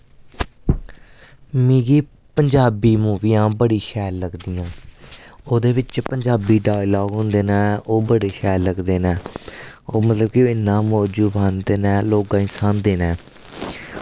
मिगी पंजाबी मूवियां बड़ी शैल लगदियां ओह्दै बिच्च पंजाबी डायलॉग होंदे नै ओह् बड़े शैल लगदे नै ओह् मतलव कि इन्ना मौजू पांदे नै लोगां गी हसांदे नै